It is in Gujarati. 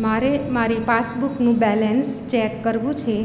મારે મારી પાસબુકનું બેલેન્સ ચેક કરવું છે